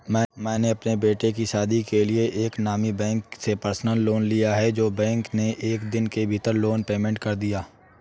मैंने अपने बेटे की शादी के लिए एक नामी बैंक से पर्सनल लोन लिया है जो बैंक ने एक दिन के भीतर लोन पेमेंट कर दिया